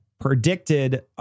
predicted